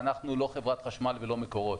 ואנחנו לא חברת החשמל ולא מקורות.